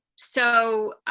so, ah,